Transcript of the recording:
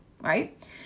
right